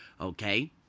okay